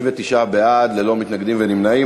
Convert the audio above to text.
39 בעד, ללא מתנגדים ונמנעים.